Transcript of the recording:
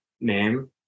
name